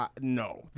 no